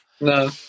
no